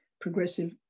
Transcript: Progressive